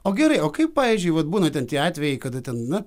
o gerai o kaip pavyzdžiui vat būna ten tie atvejai kada ten na